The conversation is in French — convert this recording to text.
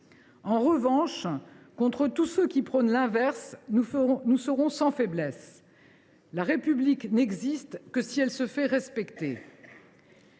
En revanche, contre tous ceux qui prônent l’inverse, nous serons sans faiblesse. La République n’existe que si elle se fait respecter.